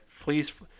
please